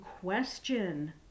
question